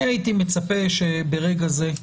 אני הייתי מצפה שברגע זה,